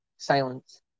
Silence